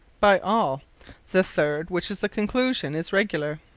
by all the third, which is the conclusion, is regular.